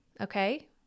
okay